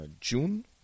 June